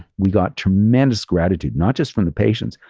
we got tremendous gratitude, not just from the patients,